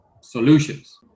solutions